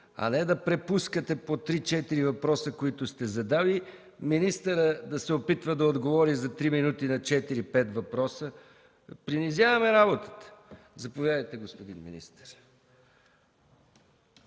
а не да препускате по 3-4 въпроса, които сте задали, министърът да се опитва да отговори за 3 минути на 4-5 въпроса. Принизяваме работата. Съответно се налага